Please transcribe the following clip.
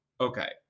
Okay